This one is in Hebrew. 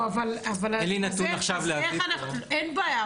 אין לי נתון עכשיו להביא --- אין בעיה,